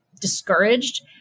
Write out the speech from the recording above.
discouraged